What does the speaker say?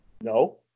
No